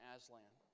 Aslan